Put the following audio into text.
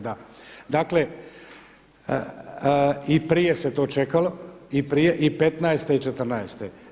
Dakle i prije se to čekalo i petnaeste i četrnaeste.